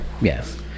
yes